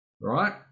Right